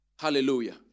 Hallelujah